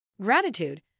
Gratitude